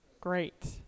great